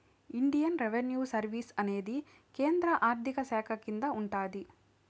Indian revenue service అనేది కేంద్ర ఆర్థిక శాఖ కింద ఉంటాది